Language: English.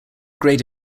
great